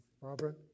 Barbara